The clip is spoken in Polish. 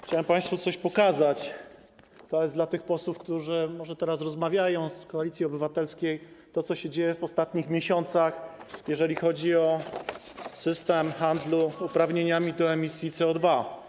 Chciałbym państwu pokazać - to jest dla tych posłów, którzy teraz rozmawiają, posłów z Koalicji Obywatelskiej - co się dzieje w ostatnich miesiącach, jeżeli chodzi o system handlu uprawnieniami do emisji CO2.